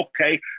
okay